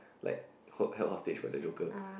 like hold held hostage by the Joker